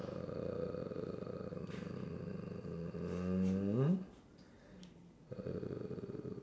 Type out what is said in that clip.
uh